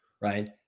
right